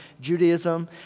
Judaism